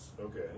Okay